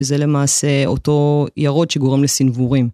זה למעשה אותו ירוד שגורם לסנוורים.